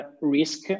risk